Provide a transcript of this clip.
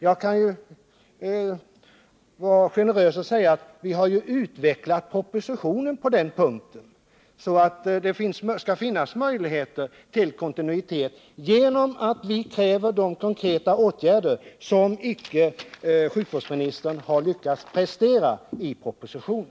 Jag kan vara generös och säga att vi utvecklat propositionen på den punkten, så att det blir möjligheter till kontinuitet, genom att kräva de konkreta åtgärder som sjukvårdsministern inte lyckats prestera något förslag om i propositionen.